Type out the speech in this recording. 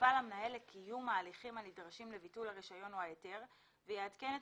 יפעל המנהל לקיום ההליכים הנדרשים לביטול הרישיון או ההיתר ויעדכן את